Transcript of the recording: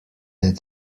that